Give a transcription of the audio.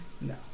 No